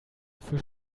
für